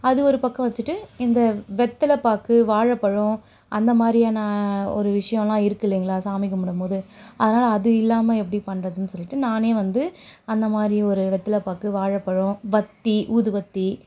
அது ஒரு பக்கம் வச்சிட்டு இந்த வெத்தலைப்பாக்கு வாழைப்பழம் அந்தமாதிரியான ஒரு விஷயமெலாம் இருக்கில்லைங்களா சாமி கும்பிடும்போது அதனால் அது இல்லாமல் எப்படி பண்ணுறதுன்னு சொல்லிவிட்டு நானே வந்து அந்தமாதிரியும் ஒரு வெத்தலைப்பாக்கு வாழைப்பழம் வற்றி ஊதுபற்றி